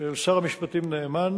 של שר המשפטים נאמן.